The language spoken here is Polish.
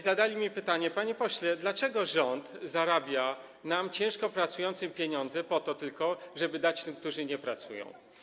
Zadali mi oni pytanie: Panie pośle, dlaczego rząd zabiera nam, ciężko pracującym, pieniądze po to, żeby dać tym, którzy nie pracują?